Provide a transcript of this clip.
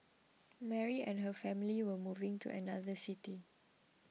Mary and her family were moving to another city